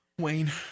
Wayne